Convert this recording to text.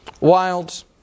Wilds